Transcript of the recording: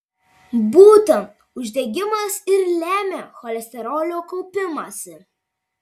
būtent uždegimas ir lemia cholesterolio kaupimąsi